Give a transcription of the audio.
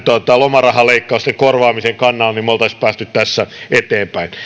lomarahaleikkausten korvaamisen kannalla niin me olisimme päässeet tässä eteenpäin